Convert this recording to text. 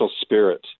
spirit